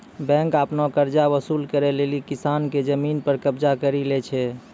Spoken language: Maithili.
बेंक आपनो कर्जा वसुल करै लेली किसान के जमिन पर कबजा करि लै छै